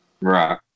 Right